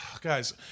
guys